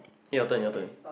your turn your turn